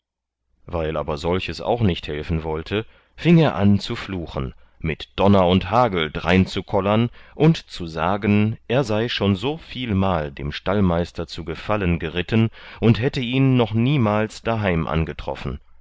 weil aber solches auch nicht helfen wollte fieng er an zu fluchen mit donner und hagel dreinzukollern und zu sagen er sei schon so vielmal dem stallmeister zu gefallen geritten und hätte ihn noch niemals daheim angetroffen